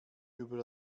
über